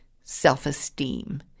self-esteem